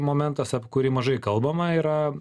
momentas apie kurį mažai kalbama yra